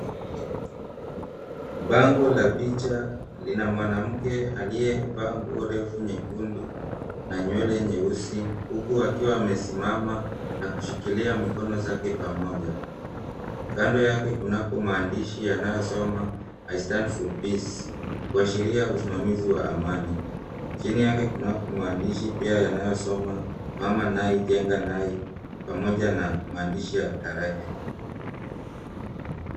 Bango la picha lina mwanamke aliyevaa nguo refu nyekundu na nywele nyeusi huku akiwa amesimama na kushikilia mkono zake pamoja kando yake, kunako maandishi yanayosoma, I stand For Peace, kuashiria usimamizi wa amani chini yake, kunako maandishi pia yanayosoma Mama anayeijenga Nai pamoja na maandishi ya tarehe.